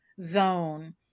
zone